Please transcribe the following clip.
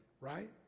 right